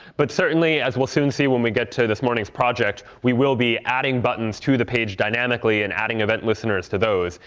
but certainly, as we'll soon se when we get to this morning's project, we will be adding buttons to the page dynamically and adding event listeners to those.